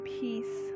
peace